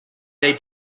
they